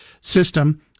system